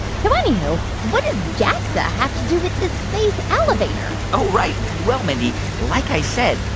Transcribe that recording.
so anywho, what does jaxa have to do with this space elevator? oh, right. well, mindy, like i said,